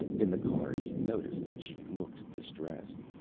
in the car he noticed that she looked distressed.